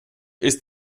ist